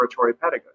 pedagogy